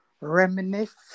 reminisce